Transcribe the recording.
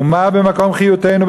ומה במקום חיותנו,